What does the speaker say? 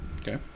Okay